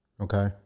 Okay